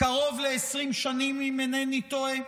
קרוב ל-20 שונים, אם אינני טועה?